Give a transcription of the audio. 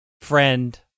friend